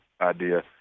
idea